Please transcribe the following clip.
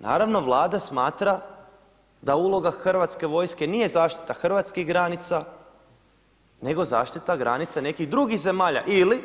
Naravno Vlada smatra da uloga hrvatske vojske nije zaštita hrvatskih granica, nego zaštita granica nekih drugih zemalja ili